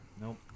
Nope